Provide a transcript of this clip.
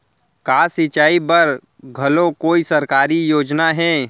का सिंचाई बर घलो कोई सरकारी योजना हे?